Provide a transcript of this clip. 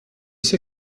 c’est